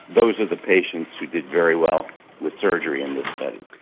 those are the patients who did very well with surgery in this study.